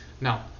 Now